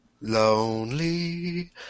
Lonely